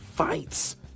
Fights